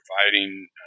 providing